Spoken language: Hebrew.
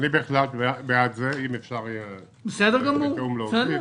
אני בעד זה, אם אפשר יהיה בתיאום לאשר.